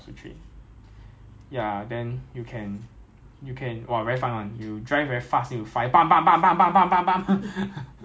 ya so the good experience is Germany lah ya same with artillery ah Jacob 也是去去 err err 哪里 Thailand [what]